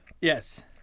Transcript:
Yes